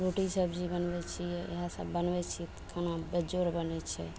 रोटी सब्जी बनबय छियै इएह सब बनबय छियै तऽ खाना बेजोड़ बनय छै